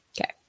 Okay